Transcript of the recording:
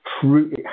true